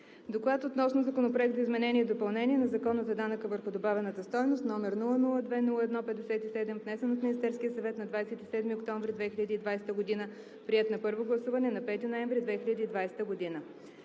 „Доклад относно Законопроект за изменение и допълнение на Закона за данъка върху добавената стойност, № 002-01-57, внесен от Министерския съвет на 27 октомври 2020 г., приет на първо гласуване на 5 ноември 2020 г.“